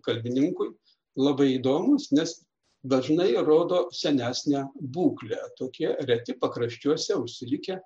kalbininkui labai įdomūs nes dažnai rodo senesnę būklę tokie reti pakraščiuose užsilikę